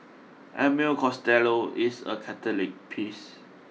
Emmett Costello is a Catholic priest